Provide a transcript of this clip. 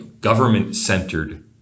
government-centered